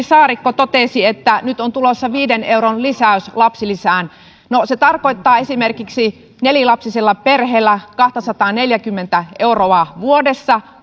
saarikko totesi että nyt on tulossa viiden euron lisäys lapsilisään no se tarkoittaa esimerkiksi nelilapsisella perheellä kahtasataaneljääkymmentä euroa vuodessa